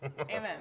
Amen